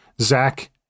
Zach